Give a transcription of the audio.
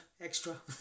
extra